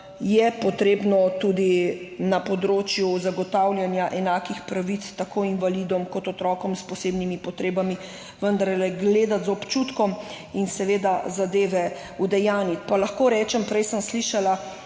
je potrebno tudi na področju zagotavljanja enakih pravic, tako invalidom kot otrokom s posebnimi potrebami gledati z občutkom in seveda zadeve udejanjiti. Pa lahko rečem, prej sem slišala